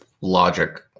logic